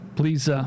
Please